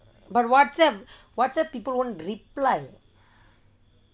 but WhatsApp WhatsApp people won't reply